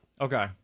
Okay